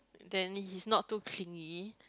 then he is not too clingy